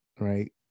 right